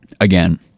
again